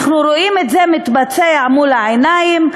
אנחנו רואים את זה מתבצע מול העיניים,